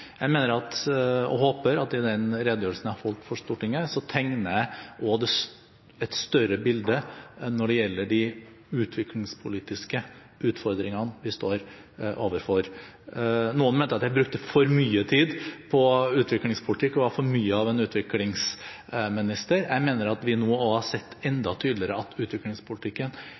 Jeg mener og håper at jeg i den redegjørelsen jeg har holdt for Stortinget, tegnet et større bilde når det gjelder de utviklingspolitiske utfordringene vi står overfor. Noen mente at jeg brukte for mye tid på utviklingspolitikk og var for mye utviklingsminister. Jeg mener vi nå har sett